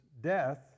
death